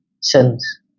sins